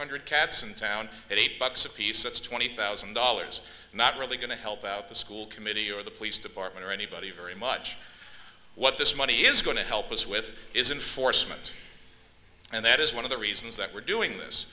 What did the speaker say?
hundred cats in town at eight bucks apiece that's twenty thousand dollars not really going to help out the school committee or the police department or anybody very much what this money is going to help us with is in force mint and that is one of the reasons that we're doing this